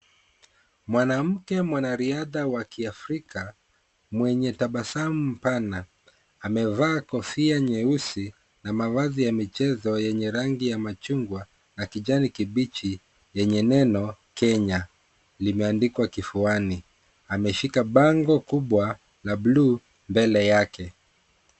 Mwanamke mwanariadha wa kiafrika mwenye tabasamu mpana amevaa nyeusi na mavazi ya michezo yenye rangi ya machungwa na kijani kibichi yenye neno Kenya limeandikwa kifuani. Ameshika bango kubwa la bluu mbele yake.